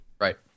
Right